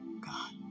God